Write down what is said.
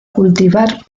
cultivar